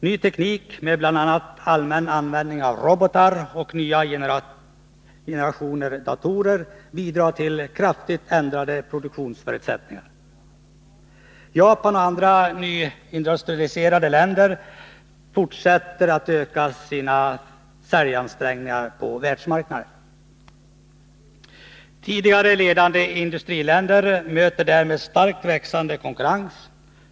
Ny teknik, med bl.a. allmän användning av robotar och nya generationer datorer, bidrar till kraftigt ändrade produktionsförutsättningar. Japan och andra nyindustrialiserade länder fortsätter att öka sina säljansträngningar på världsmarknaden. Tidigare ledande industriländer möter därmed starkt växande konkurrens.